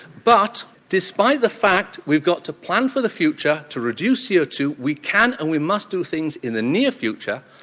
but despite the fact we've got to plan for the future, to reduce co two, we can and we must do things in the near future,